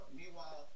Meanwhile